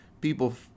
people